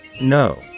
no